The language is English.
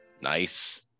nice